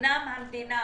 אמנם המדינה